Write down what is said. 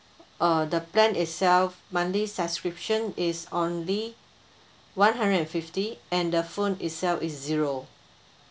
uh the plan itself monthly subscription is only one hundred and fifty and the phone itself is zero